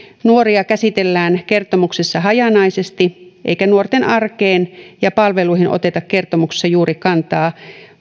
nuoria käsitellään kertomuksessa hajanaisesti eikä nuorten arkeen ja palveluihin oteta kertomuksessa juuri kantaa